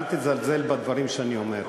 אל תזלזל בדברים שאני אומר.